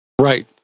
Right